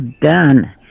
done